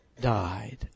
died